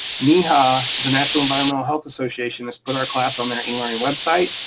neha, the national environmental health association has put our class on their e learning website,